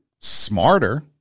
smarter